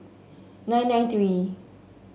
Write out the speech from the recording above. nine nine three